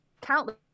countless